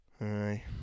Aye